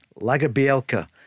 Lagerbielka